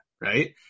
right